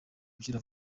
gukira